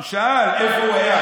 הוא שאל: איפה הוא היה?